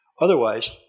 Otherwise